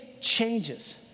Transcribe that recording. changes